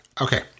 Okay